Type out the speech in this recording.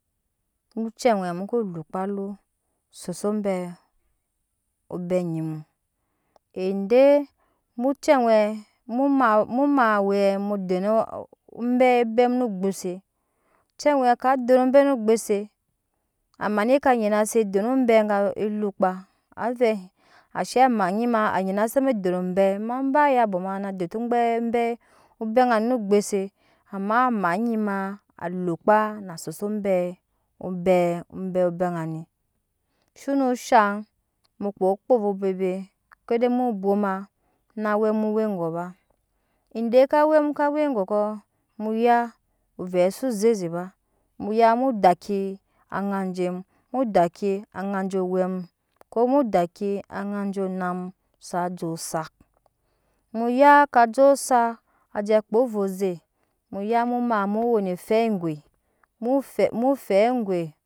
Mu cɛ wɛ muko lokpa lo sese obai obɛ nyi mu ede mu cɛ wɛɛ, u maa owɛ mu den obei bɛ mu no ogbuse ocɛ wɛ mu ka den obei no ogbuse amaa ni ka nyina se eden obei elakpa avɛ gahs eamama nyina za ma eden obei luka a ba eyabo ma naa dete obei bei obɛ ŋa ni no ogbuse amma amaa nyima na llukpa na sese obel obɛ ŋani shon shaŋ mu ko kpo owɛ bebe ke de bwooma na wɛ mu we gɔɔ ba ede ka awɛ mu ka we gokɔ muya ovɛ zo zeze ba muya mu dakki aŋa je mu mun dakki aŋa je owɛ mu ko mu daki aŋa je ona mu saje ozak muya ka je osak a je kpo ovo ze muya mu ama mu we ne fɛp ogoi mu fɛp mu fɛp ogoi